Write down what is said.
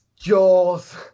jaws